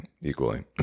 equally